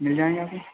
मिल जाएँगे आपको